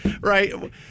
right